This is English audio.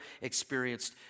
experienced